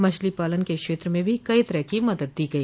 मछली पालन के क्षेत्र में भी कई तरह की मदद दी गई